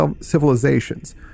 civilizations